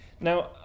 Now